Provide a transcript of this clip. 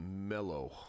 mellow